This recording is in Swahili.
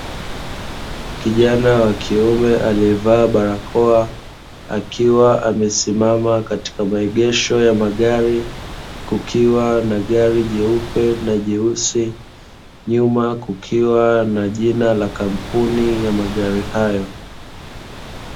Kijana wa kiume aliyevaa barakoa, akiwa amesimama katika maegesho ya magari, kukiwa na gari jeupe na jeusi, nyuma kukiwa na jina la kampuni ya magari hayo.